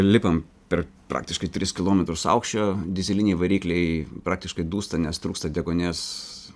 lipam per praktiškai tris kilometrus aukščio dyzeliniai varikliai praktiškai dūsta nes trūksta deguonies